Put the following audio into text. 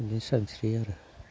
इदिनो सानस्रियो आरो